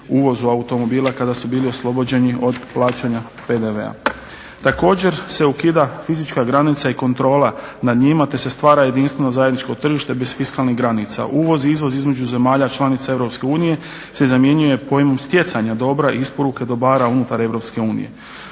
uvozu automobila kada su bili oslobođeni od plaćanja PDV-a. Također, se ukida fizička granica i kontrola nad njima te se stvara jedinstveno zajedničko tržište bez fiskalnih granica, uvoz i izvoz između zemlja članica EU se zamjenjuje pojmom stjecanja dobra i isporuke dobara unutar EU.